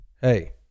hey